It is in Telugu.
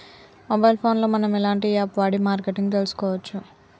మొబైల్ ఫోన్ లో మనం ఎలాంటి యాప్ వాడి మార్కెటింగ్ తెలుసుకోవచ్చు?